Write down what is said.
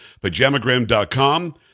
pajamagram.com